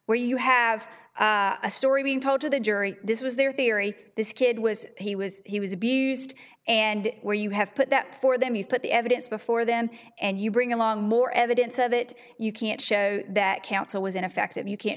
where you have a story being told to the jury this was their theory this kid was he was he was abused and where you have put that for them you put the evidence before them and you bring along more evidence of it you can't show that counsel was ineffective you can't